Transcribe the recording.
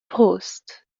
پست